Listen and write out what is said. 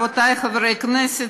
רבותי חברי הכנסת,